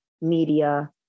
media